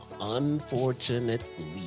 Unfortunately